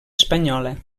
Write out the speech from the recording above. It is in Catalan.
espanyola